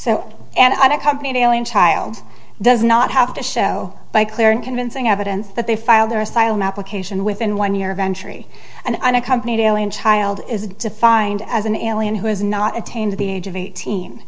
so and i don't company daily in child does not have to show by clear and convincing evidence that they filed their asylum application within one year of entry an unaccompanied alien child is defined as an alien who has not attained to the age of eighteen